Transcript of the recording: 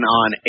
on